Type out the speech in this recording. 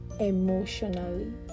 emotionally